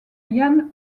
ian